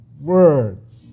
words